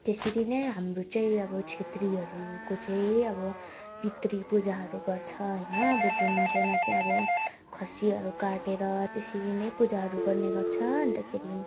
त्यसरी नै हाम्रो चाहिँ अब छेत्रीहरूको चाहिँ अब पितृ पूजाहरू गर्छ होइन अब जुन चाहिँमा चाहिँ अब खसीहरू काटेर त्यसरी नै पूजाहरू गर्ने गर्छ अन्तखेरि